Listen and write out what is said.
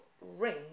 ring